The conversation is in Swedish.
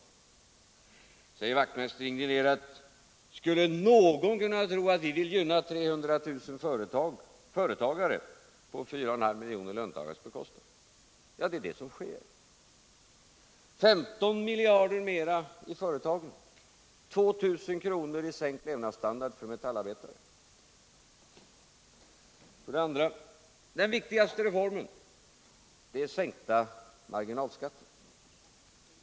Då säger Knut Wachtmeister indignerat: Skulle någon kunna tro att vi vill gynna 300 000 företagare på 4,5 miljoner löntagares bekostnad? Men det är ju det som sker — 15 miljarder mer för företagen, 2 000 kr. i sänkt levnadsstandard för metallarbetaren. 2. Den viktigaste reformen är sänkta marginalskatter.